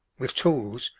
with tools,